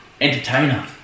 Entertainer